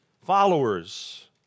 followers